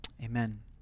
Amen